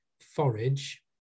forage